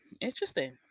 interesting